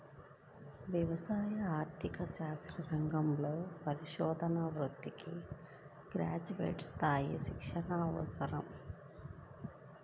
వ్యవసాయ ఆర్థిక శాస్త్ర రంగంలో పరిశోధనా వృత్తికి గ్రాడ్యుయేట్ స్థాయి శిక్షణ అవసరం